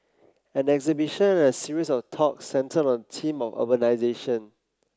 an exhibition and a series of talk centred on theme of urbanisation